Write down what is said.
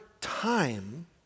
time